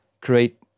create